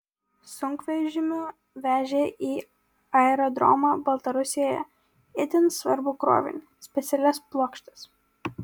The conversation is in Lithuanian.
sunkvežimiu vežė į aerodromą baltarusijoje itin svarbų krovinį specialias plokštes